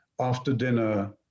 after-dinner